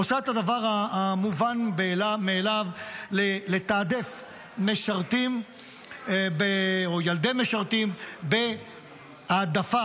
עושה את הדבר המובן מאליו: לתעדף משרתים או ילדי משרתים בהעדפה,